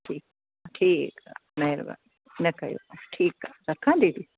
ठीकु ठीकु आहे महिरबानी न कयो ठीकु आहे रखां दीदी